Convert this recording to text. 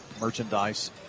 merchandise